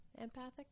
Empathic